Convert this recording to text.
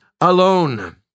alone